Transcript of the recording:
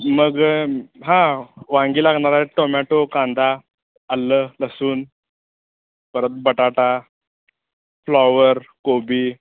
मग हां वांगी लागणार आहेत टोमॅटो कांदा आलं लसूण परत बटाटा फ्लॉवर कोबी